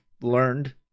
learned